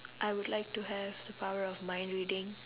I would like power of mind reading